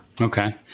okay